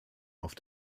auf